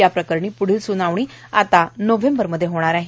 या प्रकरणी प्ढील सुनावणी नोव्हेंबरमधे होणार आहे